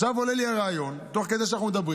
עכשיו עולה לי הרעיון, תוך כדי שאנחנו מדברים